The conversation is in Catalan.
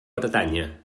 bretanya